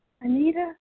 Anita